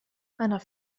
einer